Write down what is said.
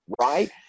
Right